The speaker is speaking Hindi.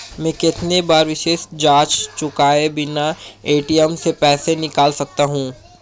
मैं कितनी बार सर्विस चार्ज चुकाए बिना ए.टी.एम से पैसे निकाल सकता हूं?